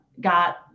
got